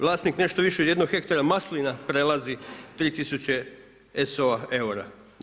Vlasnik nešto više jednog hektara maslina prelazi 3 tisuće ESO-a eura.